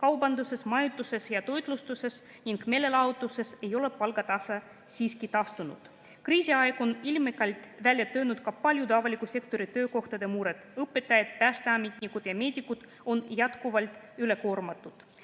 kaubanduses, majutuses ja toitlustuses ning meelelahutuses, ei ole palgatase siiski taastunud. Kriisiaeg on ilmekalt välja toonud ka paljude avaliku sektori töötajate mured. Õpetajad, päästeametnikud ja meedikud on jätkuvalt ülekoormatud.